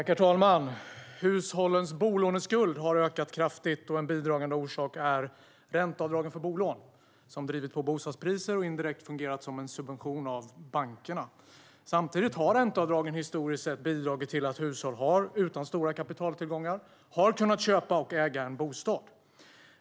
Herr talman! Hushållens bolåneskuld har ökat kraftigt. En bidragande orsak är ränteavdragen för bolån, som har drivit på bostadspriser och indirekt fungerat som en subvention av bankerna. Samtidigt har ränteavdragen historiskt sett bidragit till att hushåll utan stora kapitaltillgångar har kunnat köpa och äga en bostad.